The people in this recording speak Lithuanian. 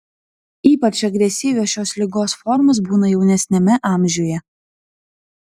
ypač agresyvios šios ligos formos būna jaunesniame amžiuje